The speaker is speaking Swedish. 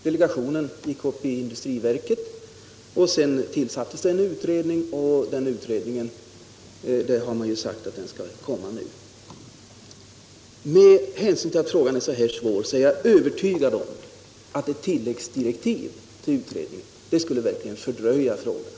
Delegationen för mindre och medelstora företag gick upp i industriverket och sedan tillsattes en utredning, som enligt uppgift snart skall lägga fram resultatet av sitt arbete. Med hänsyn till att frågan är så svår är jag emellertid övertygad om att ett tilläggsdirektiv till utredningen skulle fördröja frågans lösning.